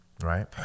right